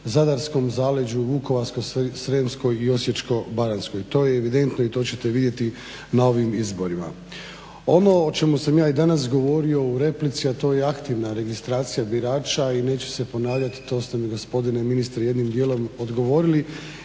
Zadarskom zaleđu, Vukovarsko-srijemskoj i Osječko-baranjskoj. To je evidentno i to ćete vidjeti na ovim izborima. Ono o čemu sam ja i danas govorio u replici, a to je aktivna registracija birača i neću se ponavljati, to ste mi gospodine ministre jednim dijelom odgovorili